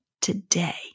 today